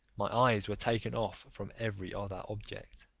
my eyes were taken off from every other objets.